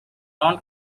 non